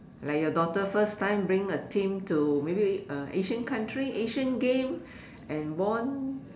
like your daughter first time bringing a team to maybe a Asian country Asian game and won